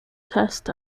test